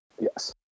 Yes